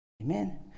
Amen